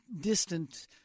distant